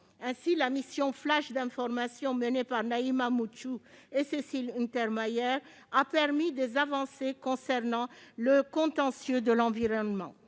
Ainsi, la mission flash d'information menée par Naïma Moutchou et Cécile Untermaier a permis des avancées concernant le contentieux de l'environnement.